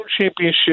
Championship